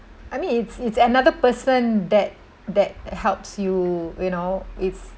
I mean it's it's another person that that helps you you know it's